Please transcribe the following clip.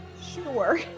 Sure